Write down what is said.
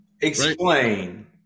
Explain